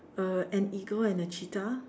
uh an eagle and a cheetah